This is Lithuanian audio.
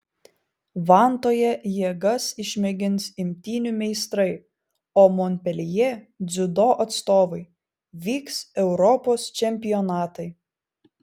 vantoje jėgas išmėgins imtynių meistrai o monpeljė dziudo atstovai vyks europos čempionatai